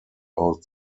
out